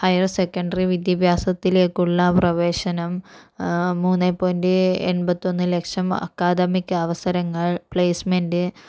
higher secondary വിദ്യാഭ്യാസത്തിലേക്കുള്ള പ്രവേശനം മൂന്നെ പോയിന്റ് എൺപത്തൊന്ന് ലക്ഷം അക്കാദമിക് അവസരങ്ങൾ പ്ലേസ്മെന്റ്